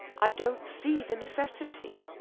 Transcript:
i don't see the necessity.